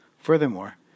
Furthermore